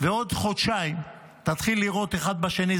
בעוד חודשיים נתחיל לירות אחד בשני,